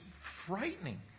frightening